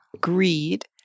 greed